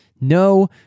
No